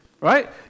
right